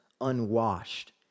unwashed